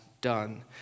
done